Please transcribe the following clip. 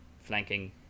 flanking